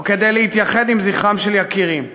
או כדי להתייחד עם זכרם של יקירים.